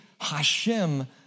Hashem